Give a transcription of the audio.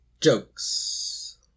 Jokes